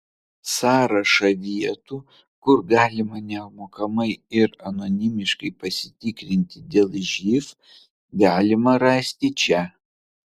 sąrašą vietų kur galima nemokamai ir anonimiškai pasitikrinti dėl živ galima rasti čia